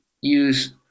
use